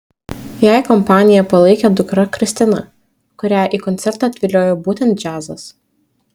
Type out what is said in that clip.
jai kompaniją palaikė dukra kristina kurią į koncertą atviliojo būtent džiazas